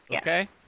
Okay